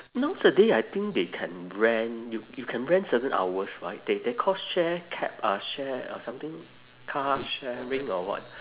nowadays I think they can rent you you can rent certain hours right they they call share cab uh share uh something car sharing or what